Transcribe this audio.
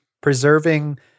preserving